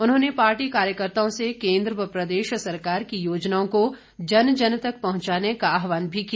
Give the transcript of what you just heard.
उन्होंने पार्टी कार्यकर्ताओं से केंद्र व प्रदेश सरकार की योजनाओं को जन जन तक पहुंचाने का आहवान भी किया